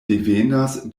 devenas